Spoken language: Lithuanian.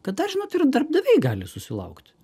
kad dar žinot ir darbdaviai gali susilaukt